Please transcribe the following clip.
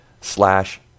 slash